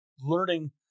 learning